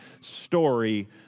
story